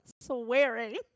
swearing